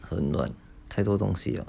很乱太多东西了